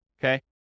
okay